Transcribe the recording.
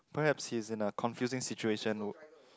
perhaps he's in a confusing situation would